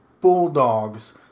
bulldogs